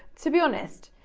to be honest,